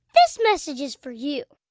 this message is for you